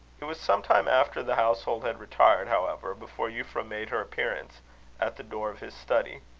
it was sometime after the household had retired, however, before euphra made her appearance at the door of his study.